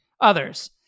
Others